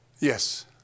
Yes